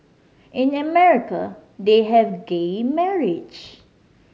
in America they have gay marriage